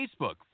facebook